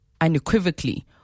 unequivocally